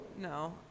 No